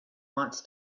wants